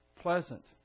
pleasant